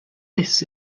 this